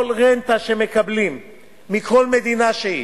כל רנטה שמקבלים מכל מדינה שהיא,